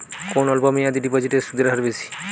কোন অল্প মেয়াদি ডিপোজিটের সুদের হার বেশি?